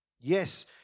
Yes